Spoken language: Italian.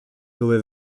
dove